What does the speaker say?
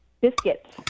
biscuits